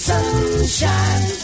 Sunshine